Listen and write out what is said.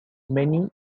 many